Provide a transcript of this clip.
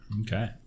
Okay